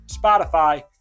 Spotify